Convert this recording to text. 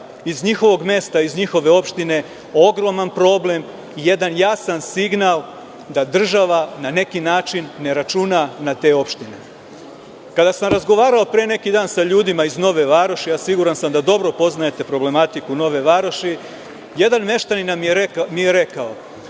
iz njihovog mesta, iz njihove opštine, ogroman problem i jedan jasan signal da država na neki način ne računa na te opštine. Kada sam razgovarao pre neki dan sa ljudima iz Nove Varoši, a siguran sam da dobro poznajete problematiku Nove Varoši, jedan meštanin mi je rekao